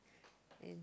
in